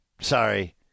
Sorry